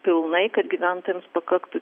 pilnai kad gyventojams pakaktų